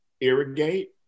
irrigate